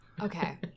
Okay